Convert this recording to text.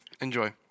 Enjoy